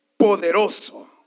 poderoso